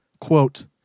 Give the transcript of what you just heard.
quote